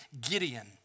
Gideon